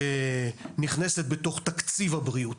שנכנסת בתוך תקציב הבריאות.